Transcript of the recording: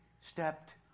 stepped